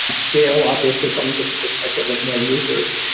scale obviously from just the perspective of more users.